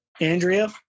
Andrea